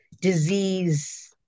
disease